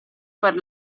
per